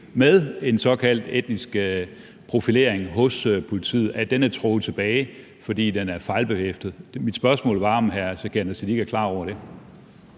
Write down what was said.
med en såkaldt etnisk profilering hos politiet, er trukket tilbage, fordi den er fejlbehæftet. Mit spørgsmål var, om hr. Sikandar Siddique er klar over det.